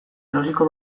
erosiko